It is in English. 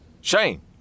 Shane